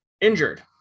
injured